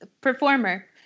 performer